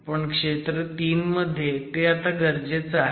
पण क्षेत्र 3 मध्ये ते गरजेचं आहे